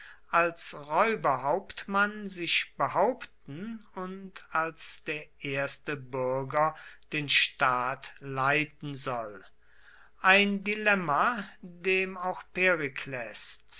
als räuberhauptmann sich behaupten und als der erste bürger den staat leiten soll ein dilemma dem auch